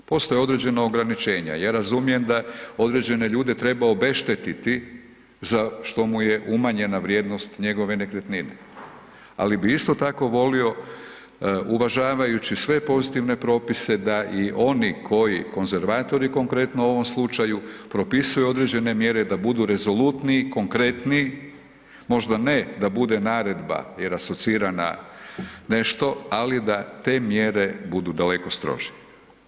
Postoje određena ograničenja, ja razumijem da određene ljude treba obeštetiti za što mu je umanjena vrijednost njegove nekretnine, ali bi isto tako volio uvažavajući sve pozitivne propise da i oni koji, konzervatori konkretno u ovom slučaju, propisuju određene mjere, da budu rezolutni i konkretni, možda ne da bude naredba jer asocira na nešto, ali da te mjere budu daleko strože.